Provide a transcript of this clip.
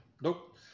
Nope